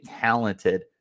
talented